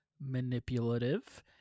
manipulative